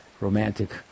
romantic